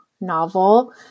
novel